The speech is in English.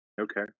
Okay